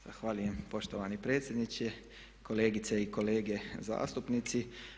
Zahvaljujem poštovani predsjedniče, kolegice i kolege zastupnici.